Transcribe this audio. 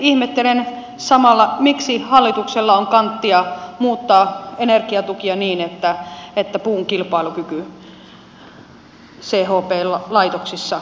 ihmettelen samalla miksi hallituksella on kanttia muuttaa energiatukia niin että puun kilpailukyky chp laitoksissa heikkenee